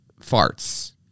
farts